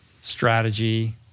strategy